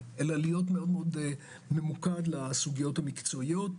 אלא להיות מאוד ממוקד בסוגיות המקצועיות.